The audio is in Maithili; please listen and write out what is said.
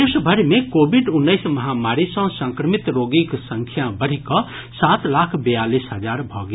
देश भरि मे कोविड उन्नैस महामारी सॅ संक्रमित रोगीक संख्या बढ़ि कऽ सात लाख बयालीस हजार भऽ गेल